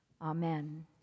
amen